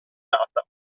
data